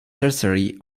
sorcery